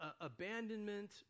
abandonment